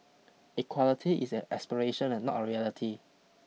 equality is an aspiration not a reality